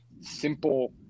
simple